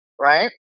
right